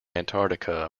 antarctica